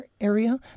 area